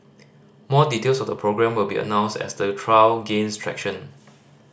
more details of the programme will be announced as the trial gains traction